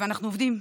אנחנו עובדים.